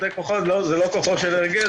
זה לא כוחו של הרגל,